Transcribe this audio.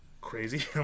crazy